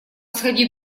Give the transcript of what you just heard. сходи